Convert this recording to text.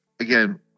Again